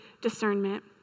discernment